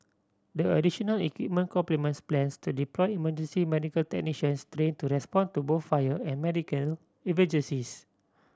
the additional equipment complements plans to deploy emergency medical technicians trained to respond to both fire and medical emergencies